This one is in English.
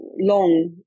long